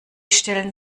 stellen